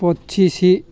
ପଚିଶି